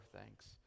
thanks